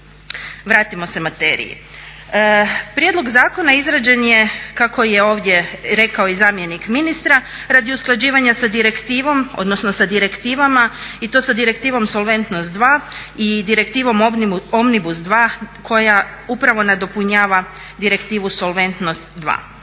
Vratimo se materiji. Prijedlog zakona izrađen je kako je ovdje rekao i zamjenik ministra radi usklađivanja sa direktivnom odnosno sa direktivama i to sa Direktivnom solventnost 2 i Direktivnom omnibus 2 koja upravo nadopunjava Direktivnu solventnost 2.